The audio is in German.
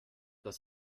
das